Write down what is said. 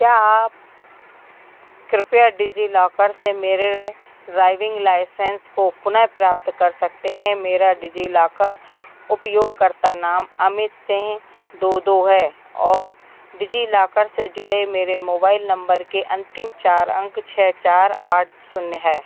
क्या आप कृपया डिजिलॉकर से मेरे ड्राइविंग लाइसेंस को पुनः प्राप्त कर सकते हैं मेरा डिजिलॉकर उपयोगकर्ता नाम अमित सिंह दो दो है और डिजिलॉकर से जुड़े मेरे मोबाइल नंबर के अंतिम चार अंक छः चार आठ शून्य हैं